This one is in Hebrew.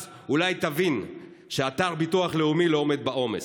אז אולי תבין שאתר ביטוח לאומי לא עומד בעומס,